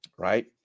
Right